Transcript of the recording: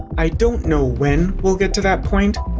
i don't know when we'll get to that point.